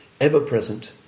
ever-present